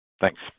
Thanks